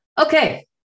Okay